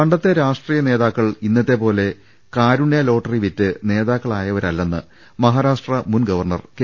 പണ്ടത്തെ രാഷ്ട്രീയ നേതാക്കൾ ഇന്നത്തെപോലെ കാരുണൃ ലോട്ടറി വിറ്റ് നേതാക്കളായവരല്ലെന്ന് മഹാരാഷ്ട്ര മുൻ ഗവർണർ കെ